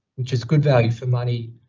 which is good value for money,